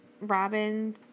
Robin